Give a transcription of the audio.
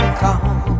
come